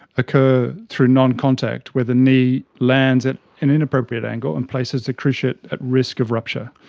occur through noncontact, where the knee lands at an inappropriate angle and places the cruciate at risk of rupture.